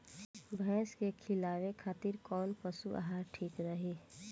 भैंस के खिलावे खातिर कोवन पशु आहार ठीक रही?